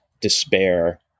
despair